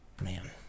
man